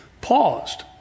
paused